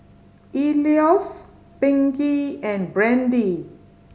Elois Pinkey and Brandi